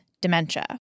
dementia